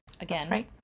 again